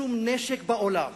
שום נשק בעולם